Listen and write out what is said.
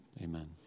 Amen